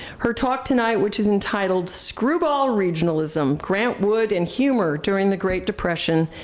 her talk tonight, which is entitled screwball regionalism grant wood and humor during the great depression,